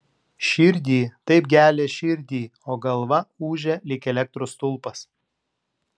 širdį taip gelia širdį o galva ūžia lyg elektros stulpas